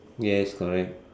yes correct